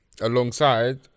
Alongside